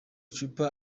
cupa